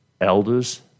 elders